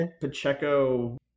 Pacheco